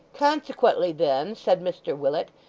consequently, then said mr willet,